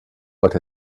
but